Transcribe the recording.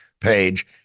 page